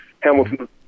Hamilton